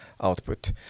output